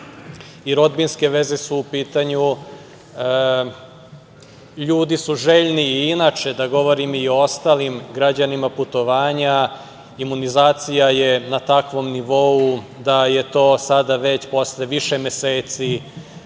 I rodbinske veze su u pitanju. Ljudi su željni i inače, da govorim i o ostalim građanima, putovanja. Imunizacija je na takvom nivou da je to sada već posle više meseci